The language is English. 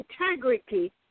integrity